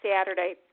Saturday